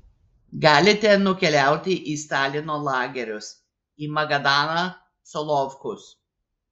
galite nukeliauti į stalino lagerius į magadaną solovkus